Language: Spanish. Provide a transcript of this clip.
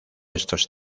estos